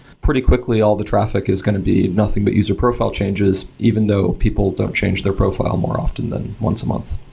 pretty quickly all the traffic is going to be nothing but user profile changes, even though people don't change their profile more often once a month.